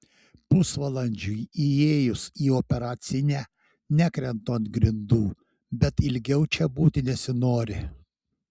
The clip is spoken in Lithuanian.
pusvalandžiui įėjus į operacinę nekrentu ant grindų bet ilgiau čia būti nesinori